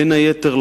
בין היתר,